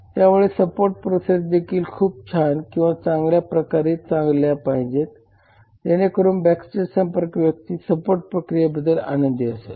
त्यामुळे support processes देखील खूप छान किंवा चांगल्या प्रकारे चालल्या पाहिजेत जेणेकरून बॅकस्टेज संपर्क व्यक्ती सपोर्ट प्रक्रियेबद्दल आनंदी असेल